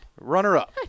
Runner-up